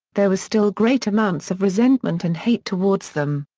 there was still great amounts of resentment and hate towards them.